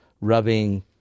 rubbing